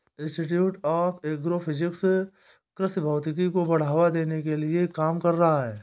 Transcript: institute of agro physics कृषि भौतिकी को बढ़ावा देने के लिए काम कर रहा है